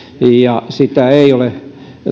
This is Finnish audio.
sitä ei ole